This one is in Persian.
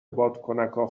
بادکنکا